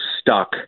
stuck